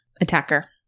attacker